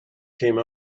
came